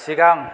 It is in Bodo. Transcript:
सिगां